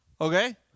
Okay